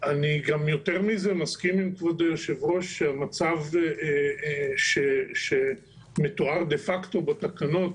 אני גם יותר מזה מסכים עם כבוד היושב-ראש שהמצב שמתואר דה פקטו בתקנות